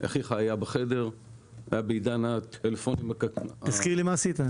אחיך היה בחדר --- תזכיר לי מה עשית?